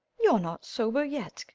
you're not sober yet.